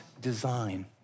design